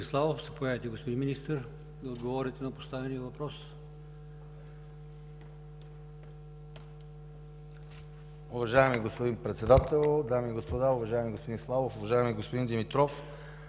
дами и господа! Уважаеми господин Славов, уважаеми господин Димитров,